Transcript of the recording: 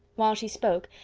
while she spoke,